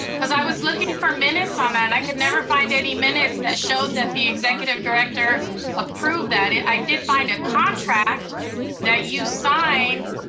cause i was looking for minutes on that, and i could never find any minutes that showed that the executive director approved that. and i did find a contract that you signed